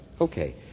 Okay